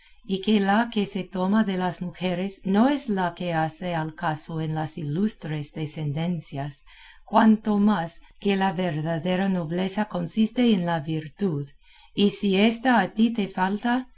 y que la que se toma de las mujeres no es la que hace al caso en las ilustres decendencias cuanto más que la verdadera nobleza consiste en la virtud y si ésta a ti te falta